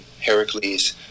Heracles